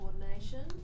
coordination